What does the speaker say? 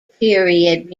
period